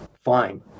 fine